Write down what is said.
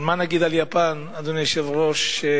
מה נגיד על יפן, אדוני היושב-ראש?